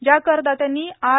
ज्या करदात्यांनी आर